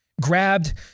grabbed